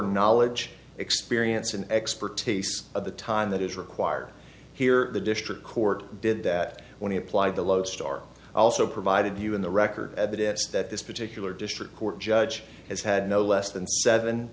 knowledge experience and expertise of the time that is required here the district court did that when he applied the lodestar also provided to you in the record at the desk that this particular district court judge has had no less than seven